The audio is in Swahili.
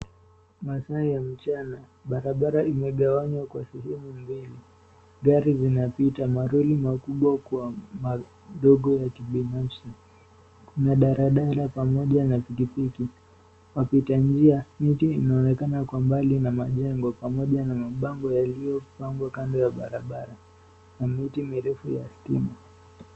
Masaa ya mchana barabara imegawanywa kwa sehemu mbili. Gari zinapita, maroli makubwa kwa madogo ya kibinafsi. Kuna daladala pamoja na pikipiki. Wapita njia, miti inaonekana kwa mbali na majengo pamoja na mabango yaliyopangwa kando ya barabara, na miti mirefu ya stima.